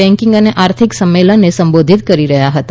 banking અને આર્થિક સંમેલનને સંબોધિત કરી રહ્યાં હતા